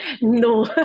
No